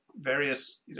various